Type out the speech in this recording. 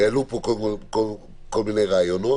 עלו פה כל מיני רעיונות,